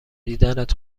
دیدنت